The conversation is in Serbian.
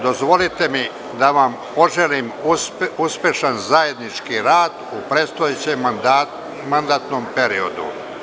Dozvolite mi da vam poželim uspešan zajednički rad u predstojećem mandatnom periodu.